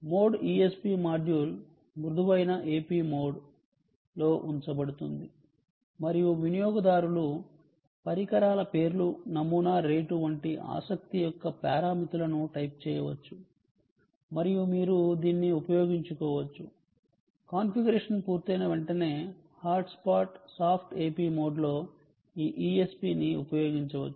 mode ESP module మృదువైన AP మోడ్లో ఉంచబడుతుంది మరియు వినియోగదారులు పరికర పేర్లు నమూనా రేటు వంటి ఆసక్తి యొక్క పారామితులను టైప్ చేయవచ్చు మరియు మీరు దీన్ని ఉపయోగించుకోవచ్చు కాన్ఫిగరేషన్ పూర్తయిన వెంటనే హాట్స్పాట్ సాఫ్ట్ AP మోడ్లో ఈ ESP ని ఉపయోగించవచ్చు